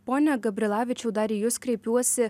pone gabrilavičiau dar į jus kreipiuosi